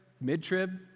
mid-trib